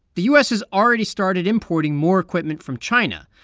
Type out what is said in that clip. the u s. has already started importing more equipment from china.